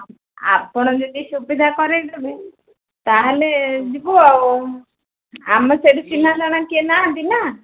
ଆପଣ ଯଦି ସୁବିଧା କରେଇଦବେ ତାହେଲେ ଯିବୁ ଆଉ ଆମ ସେଠି ଚିହ୍ନା ଜଣା କିଏ ନାହାଁନ୍ତି ନା